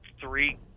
three